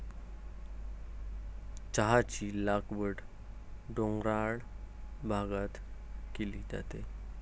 चहाची लागवड डोंगराळ भागात केली जाते